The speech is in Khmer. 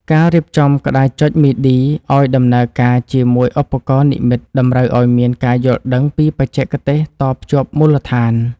ការរៀបចំក្តារចុចមីឌីឱ្យដំណើរការជាមួយឧបករណ៍និម្មិតតម្រូវឱ្យមានការយល់ដឹងពីបច្ចេកទេសតភ្ជាប់មូលដ្ឋាន។